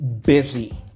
busy